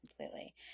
completely